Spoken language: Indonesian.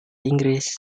inggris